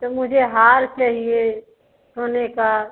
तो मुझे हार चाहिए सोने का